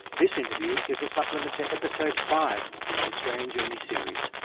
this interview is a supplement to episode five in the australian journey series,